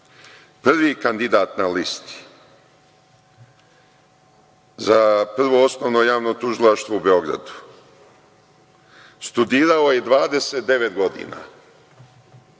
Prvi kandidat na listi za Prvo osnovno javno tužilaštvo u Beogradu studirao je 29 godina.